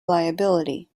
liability